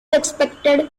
expected